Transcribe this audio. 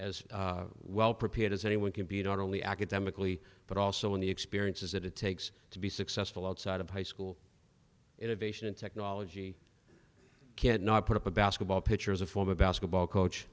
as well prepared as anyone can be not only academically but also in the experiences that it takes to be successful outside of high school innovation and technology can't not put up a basketball pitcher is a former basketball coach